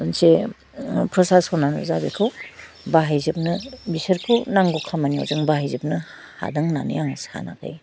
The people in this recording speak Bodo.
मोनसे प्रसासनानो जा बेखौ बाहायजोबनो बिसोरखौ नांगौ खामानियाव जों बाहाय जोबनो हादों होन्नानै आं सानाखै